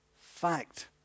Fact